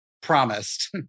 promised